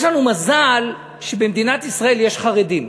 יש לנו מזל שבמדינת ישראל יש חרדים.